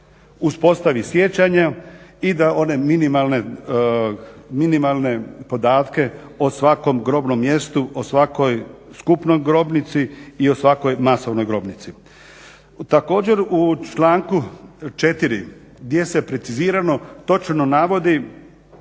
uspostavi sjećanja i da one minimalne podatke o svakom grobnom mjestu, o svakoj skupnoj grobnici i o svakoj masovnoj grobnici. Također u članku 4. gdje se precizirano točno navodi